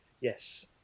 Yes